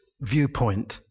viewpoint